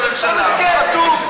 אדוני ראש הממשלה?